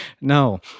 No